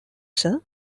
sir